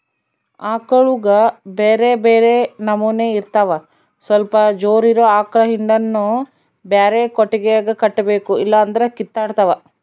ಆಕಳುಗ ಬ್ಯೆರೆ ಬ್ಯೆರೆ ನಮನೆ ಇರ್ತವ ಸ್ವಲ್ಪ ಜೋರಿರೊ ಆಕಳ ಹಿಂಡನ್ನು ಬ್ಯಾರೆ ಕೊಟ್ಟಿಗೆಗ ಕಟ್ಟಬೇಕು ಇಲ್ಲಂದ್ರ ಕಿತ್ತಾಡ್ತಾವ